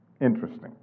Interesting